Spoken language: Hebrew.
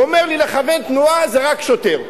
הוא אומר לי: לכוון תנועה זה רק שוטר.